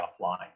offline